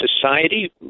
Society